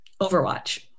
Overwatch